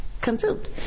consumed